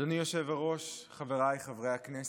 אדוני היושב-ראש, חבריי חברי הכנסת,